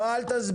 לא, אל תסביר.